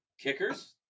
Kickers